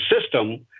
system